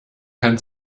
kann